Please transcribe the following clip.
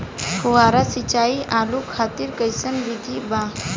फुहारा सिंचाई आलू खातिर कइसन विधि बा?